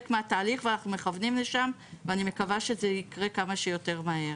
מהתהליך ואנחנו מכוונים לשם ואני מקווה שזה יקרה כמה שיותר מהר.